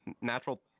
Natural